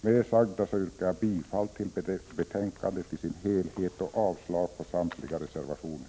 Med det sagda, herr talman, yrkar jag bifall till utskottets hemställan och avslag på samtliga reservationer.